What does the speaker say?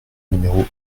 numéro